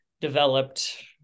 developed